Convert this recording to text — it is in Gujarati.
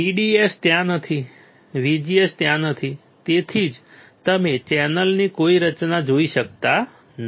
VDS ત્યાં નથી VGS ત્યાં નથી તેથી જ તમે ચેનલની કોઈ રચના જોઈ શકતા નથી